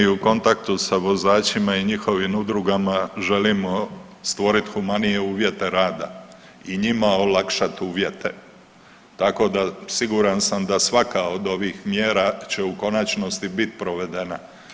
Pa dobro mi u kontaktu sa vozačima i njihovim udrugama želimo stvoriti humanije uvjete rada i njima olakšat uvjete, tako da siguran sam da svaka od ovih mjera će u konačnosti bit provedena.